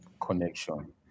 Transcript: connection